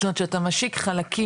זאת אומרת שאתה משיק חלקים